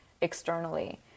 externally